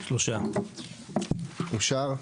הצבעה בעד 4 נמנעים 3 אושר.